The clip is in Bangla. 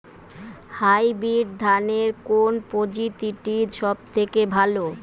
হাইব্রিড ধানের কোন প্রজীতিটি সবথেকে ভালো?